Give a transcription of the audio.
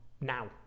now